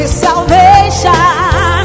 salvation